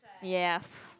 yes